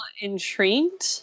intrigued